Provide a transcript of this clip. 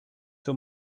two